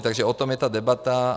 Takže o tom je ta debata.